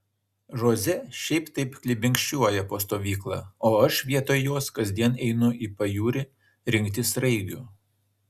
žoze šiaip taip klibikščiuoja po stovyklą o aš vietoj jos kasdien einu į pajūrį rinkti sraigių